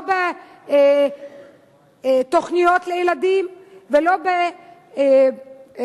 לא בתוכניות לילדים ולא בז'ורנלים